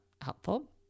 helpful